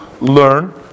learn